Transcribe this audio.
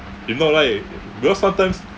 if not right because sometimes